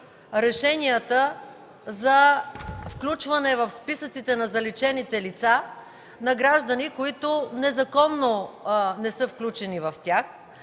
решенията за включване в списъците на заличените лица на граждани, които незаконно не са включени в тях